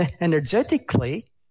energetically